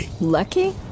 lucky